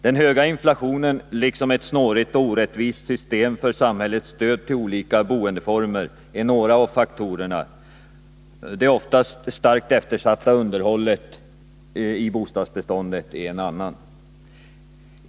Den höga inflationen och ett snårigt och orättvist system för samhällets stöd till olika boendeformer är några av faktorerna, det oftast starkt eftersatta underhållet av bostadsbeståndet en annan.